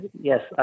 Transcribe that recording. Yes